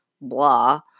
blah